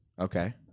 Okay